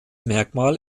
merkmal